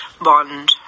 bond